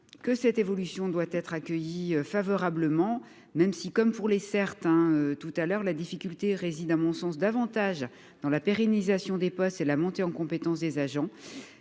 que cette évolution doit être accueillie favorablement, même si, comme pour les certains tout à l'heure, la difficulté réside à mon sens davantage dans la pérennisation des postes et la montée en compétence des agents